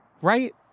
Right